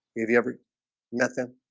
you ever met them